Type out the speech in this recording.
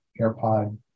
AirPod